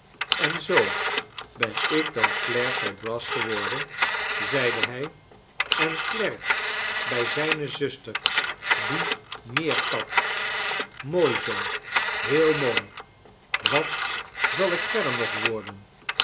en zoo ben ik dan klerk bij brass geworden zeide hij en klerk bij zijne zuster die meerkat mooi zoo heel mooi wat zal ik verder nog worden